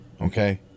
Okay